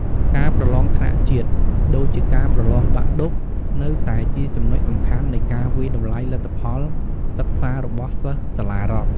ការប្រឡងថ្នាក់ជាតិ ដូចជាការប្រឡងបាក់ឌុបនៅតែជាចំណុចសំខាន់នៃការវាយតម្លៃលទ្ធផលសិក្សារបស់សិស្សសាលារដ្ឋ។